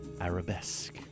arabesque